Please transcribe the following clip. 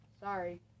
Sorry